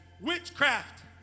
witchcraft